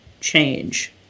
change